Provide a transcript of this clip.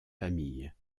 familles